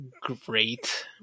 great